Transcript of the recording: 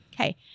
Okay